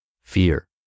fear